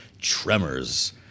tremors